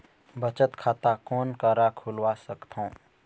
बचत खाता कोन करा खुलवा सकथौं?